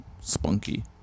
Spunky